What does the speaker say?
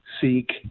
seek